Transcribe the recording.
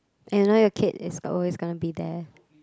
and now your kid is always gonna be there